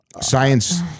Science